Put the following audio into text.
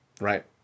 Right